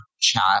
chat